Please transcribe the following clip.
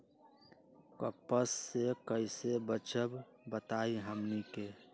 कपस से कईसे बचब बताई हमनी के?